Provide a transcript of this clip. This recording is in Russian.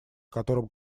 которым